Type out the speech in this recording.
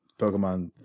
Pokemon